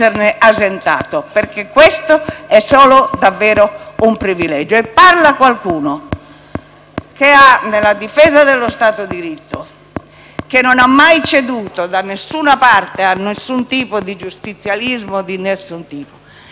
che, nella difesa dello Stato di diritto, non ha mai ceduto da nessuna parte ad alcun tipo di giustizialismo, ed è garantista per storia, cultura, per vita, per lotte, dal caso Tortora in poi.